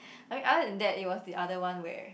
I mean other than that it was the other one where